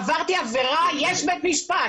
עברתי עבירה, יש בית משפט.